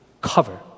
cover